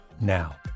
now